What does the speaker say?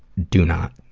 do not,